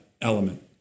element